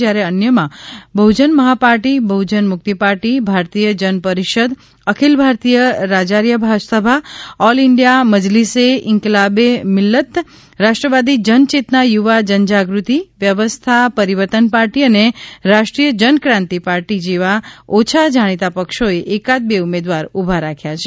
જ્યારે અન્યમાં Bahujan Maha party Bahujan Mukti party Bharatiya Janparishad Akhil Bharatiya Rajarya Sabha all India Majlise Inquilabe Millat Rashtrawadi Janchetna Yuva Janjagruti Vyavastha Parivartan party અને રાષ્ટ્રીય જનક્રાંતિ પાર્ટી જેવા ઓછા જાણીતા પક્ષોએ એકાદ બે ઉમેદવાર ઉભા રાખ્યા છે